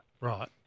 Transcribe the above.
Right